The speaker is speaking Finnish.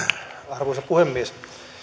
arvoisa puhemies